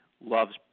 loves –